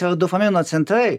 yra dopamino centrai